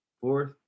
fourth